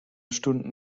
stunden